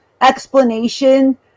explanation